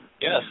Yes